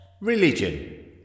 Religion